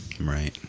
Right